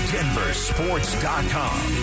DenverSports.com